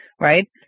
right